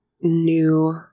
new